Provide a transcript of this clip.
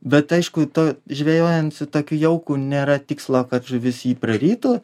bet aišku to žvejojant su tokiu jauku nėra tikslo kad žuvis jį prarytų